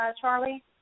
Charlie